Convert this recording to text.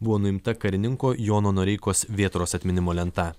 buvo nuimta karininko jono noreikos vėtros atminimo lenta